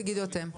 תגידו אתם.